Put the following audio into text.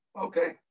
Okay